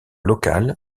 locale